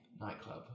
nightclub